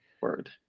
word